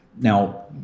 Now